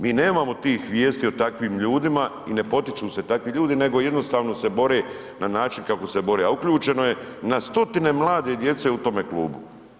Mi nemamo tih vijesti o takvim ljudima i ne potiču se takvi ljudi nego jednostavno se bore na način kako se bore, a uključeno je na stotine mlade djece u tome klubu.